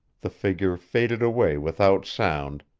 the figure faded away without sound,